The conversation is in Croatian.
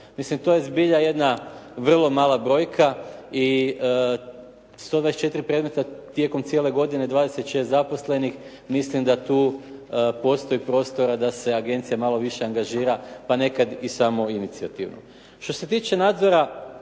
Mislim, to je zbilja jedna vrlo mala brojka i 124 predmeta tijekom cijele godine, 26 zaposlenih, mislim da tu postoji prostora da se agencija malo više angažira pa nekad i samoinicijativno. Što se tiče nadzora